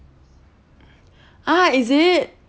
ah is it